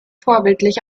vorbildlich